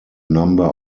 number